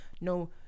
no